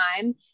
time